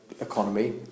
economy